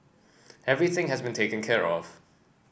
everything has been taken care of